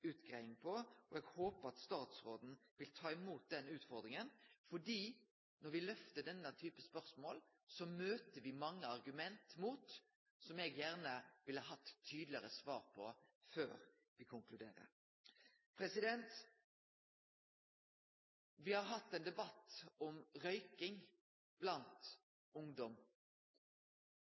utgreiing av, og eg håpar at statsråden vil ta imot den utfordringa, for når me lyfter denne typen spørsmål, møter me mange argument imot som eg gjerne ville hatt tydelegare svar på, før me konkluderer. Me har hatt ein debatt om røyking blant ungdom.